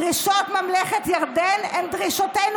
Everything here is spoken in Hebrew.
דרישות ממלכת ירדן הן דרישותינו.